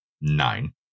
nine